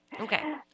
Okay